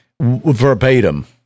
verbatim